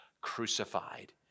crucified